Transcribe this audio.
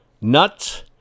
nuts